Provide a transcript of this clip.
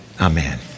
Amen